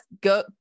Go